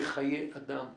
בחיי אדם באמת.